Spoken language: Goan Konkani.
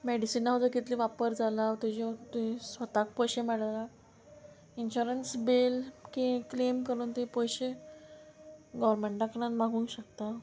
मॅडिसिना सुद्दां कितले वापर जाला तुज्यो तुजे स्वताक पयशे मेळ्ळा इन्शुरंस बील की क्लेम करून ते पयशे गोवोरमेंटा कडेन मागूंक शकता